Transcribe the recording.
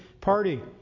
party